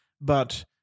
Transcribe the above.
but-